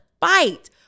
fight